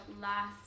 last